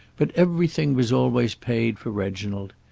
but everything was always paid for reginald.